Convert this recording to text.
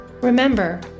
Remember